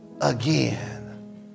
again